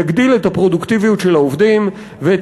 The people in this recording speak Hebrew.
יגדיל את הפרודוקטיביות של העובדים ואת